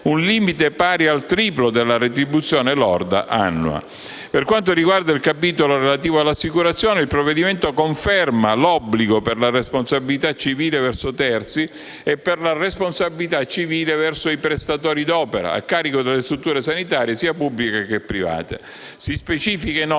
un limite pari al triplo della retribuzione lorda annua. Per quanto riguarda il capitolo relativo all'assicurazione, il provvedimento conferma l'obbligo per la responsabilità civile verso terzi e per la responsabilità civile verso i prestatori d'opera, a carico delle strutture sanitarie, pubbliche e private. Si specifica,